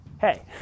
hey